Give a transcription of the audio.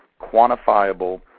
quantifiable